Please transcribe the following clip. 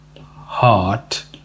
heart